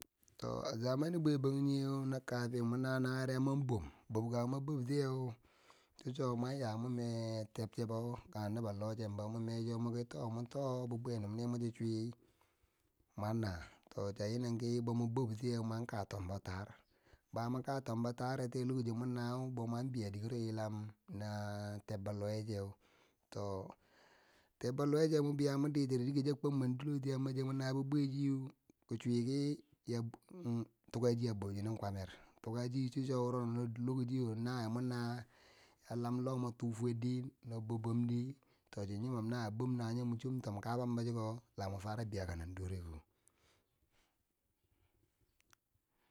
To a zamani bwe banjunge na kafin mwo na nawiyeri ya mwa bum, bub kako mwa bub tiyeu cho chumwo ya, ya mwan me tebchebo kange nobbo loh chembo, mwo ki to, mwo to bibwe ninne mwe ti chwii mwan na, to chi ya nyi nenki bo mwo bubtiyeu mwon ka tombo taar, ba yan mwa ka tambo ta'aretiyu lokaci mwon nau mwan biya dikero yilan na tebbo nuwecheu to tebbo luwecheu mwan biya mwan ditiri dike chiya kwob mwen dilati, yambo chuwo mwo na bibwe che ki chwi ki, yabo, oo, tukache a bwo chinen kwamer, tukache cho chuwo wuro lokaci nawiye mwo na ya lan lo mwo no tu fwer di, no bou bwomdi to chin yoman nawiy bwan na wonyo mwan chum tan kabanbo chiko la mwo fara biya ka nandorego.